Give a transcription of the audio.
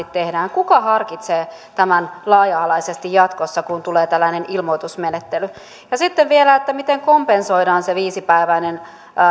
tehdään kuka harkitsee tämän laaja alaisesti jatkossa kun tulee tällainen ilmoitusmenettely sitten vielä miten kompensoidaan se viisipäiväinen